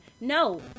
No